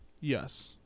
Yes